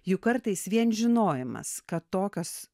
juk kartais vien žinojimas kad tokios